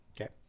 Okay